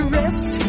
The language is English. rest